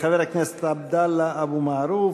חבר הכנסת עבדאללה אבו מערוף,